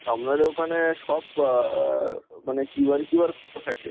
আপনাদের ওখানে সব বা মানে কী বারে কী বারে খোলা থাকে